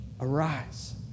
arise